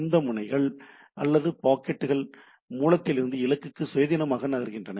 இந்த முனைகள் அல்லது பாக்கெட்டுகள் மூலத்திலிருந்து இலக்குக்கு சுயாதீனமாக நகருகின்றன